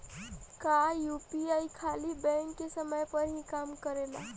क्या यू.पी.आई खाली बैंक के समय पर ही काम करेला?